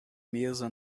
mesa